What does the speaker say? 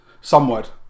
Somewhat